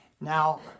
now